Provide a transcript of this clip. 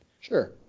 Sure